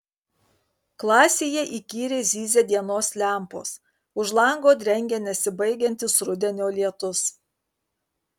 klasėje įkyriai zyzia dienos lempos už lango drengia nesibaigiantis rudenio lietus